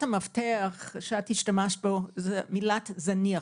המפתח שאת השתמשת בה זו המילה זניח,